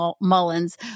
Mullins